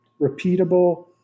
repeatable